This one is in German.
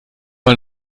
mal